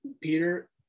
Peter